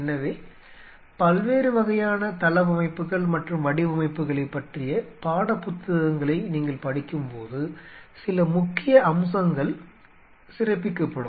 எனவே பல்வேறு வகையான தளவமைப்புகள் மற்றும் வடிவமைப்புகளைப் பற்றிய பாடப் புத்தகங்களை நீங்கள் படிக்கும்போது சில முக்கிய அம்சங்கள் சிறப்பிக்கப்படும்